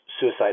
suicide